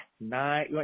nine